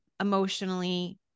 emotionally